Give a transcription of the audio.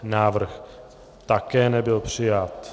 Návrh také nebyl přijat.